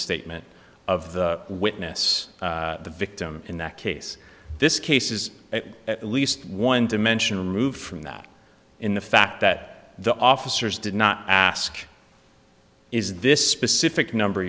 statement of the witness the victim in that case this case is at least one dimensional moved from that in the fact that the officers did not ask is this specific number